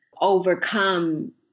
overcome